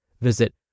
Visit